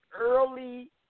early